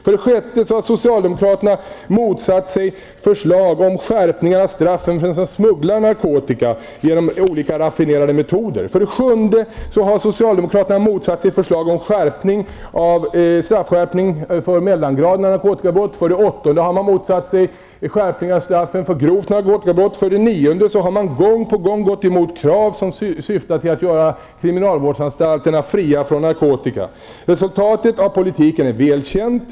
För det sjätte har socialdemokraterna motsatt sig förslag om skärpning av straffen för den som smugglar narkotika med olika raffinerade metoder. För det sjunde har socialdemokraterna motsatt sig förslag om straffskärpning för mellangraden av narkotikabrott. För det åttonde har man motsatt sig skärpning av straffen för grova narkotikabrott. För det nionde har man gång på gång gått emot krav som syftar till att göra kriminalvårdsanstalterna fria från narkotika. Resultatet av den politiken är väl känt.